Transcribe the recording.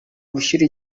gushyira